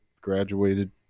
Graduated